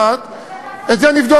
שהכנסת דחתה ברוב מכריע,